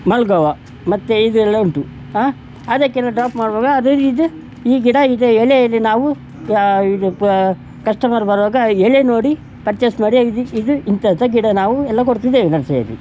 ಮಲ್ಗೋವ ಮತ್ತು ಇದೆಲ್ಲ ಉಂಟು ಆಂ ಅದಕ್ಕೆಲ್ಲ ಡ್ರಾಪ್ ಮಾಡುವಾಗ ಅದೇ ರ್ ಇದು ಈ ಗಿಡ ಇದೇ ಎಲೆಯಲ್ಲಿ ನಾವು ಇದು ಪ ಕಸ್ಟಮರ್ ಬರುವಾಗ ಎಲೆ ನೋಡಿ ಪರ್ಚೇಸ್ ಮಾಡಿ ಇದು ಇದು ಇಂತಿಂಥ ಗಿಡ ನಾವು ಎಲ್ಲ ಕೊಡ್ತಿದ್ದೇವೆ ನರ್ಸರಿಯಲ್ಲಿ